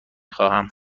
خواهم